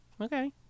okay